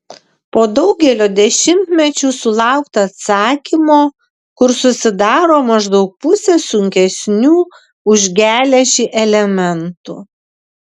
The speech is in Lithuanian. po daugelio dešimtmečių sulaukta atsakymo kur susidaro maždaug pusė sunkesnių už geležį elementų